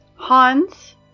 Hans